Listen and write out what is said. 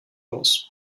los